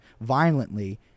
violently